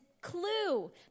clue